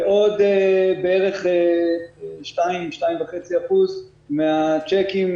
ועוד בערך 2%, 2.5% מהצ'קים